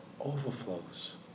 overflows